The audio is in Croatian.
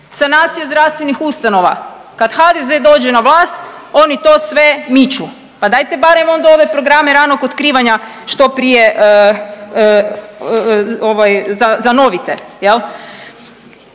sanacija zdravstvenih ustanova, kad HDZ dođe na vlast oni to sve miču, pa dajte barem onda ove programe ranog otkrivanja što prije ovaj